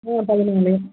ஓ